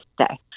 today